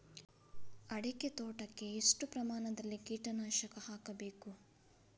ಅಡಿಕೆ ತೋಟಕ್ಕೆ ಎಷ್ಟು ಪ್ರಮಾಣದಲ್ಲಿ ಕೀಟನಾಶಕ ಹಾಕಬೇಕು?